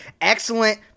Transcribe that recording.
excellent